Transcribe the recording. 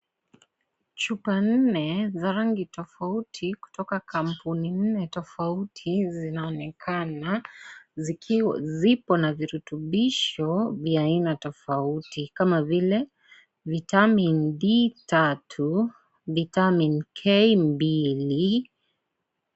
Chupa nne za rangi tofauti kutoka kampuni nne tofauti zinaonekana, zipo na virutubisho vya aina tofauti kama vile vitamin D3, vitamin K2